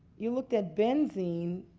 you look at benzopyrene,